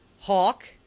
Hawk